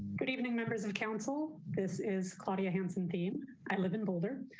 good evening, members of council. this is claudia hansen theme i live in boulder.